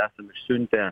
esam išsiuntę